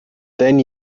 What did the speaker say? then